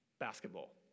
Basketball